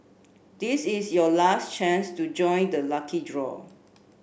this is your last chance to join the lucky draw